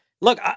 look